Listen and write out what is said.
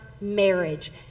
marriage